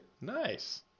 nice